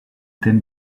thèmes